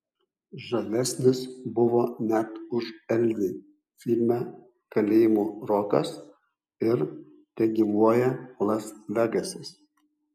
žavesnis buvo net už elvį filme kalėjimo rokas ir tegyvuoja las vegasas